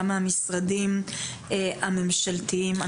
גם מהמשרדים הממשלתיים.